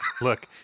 look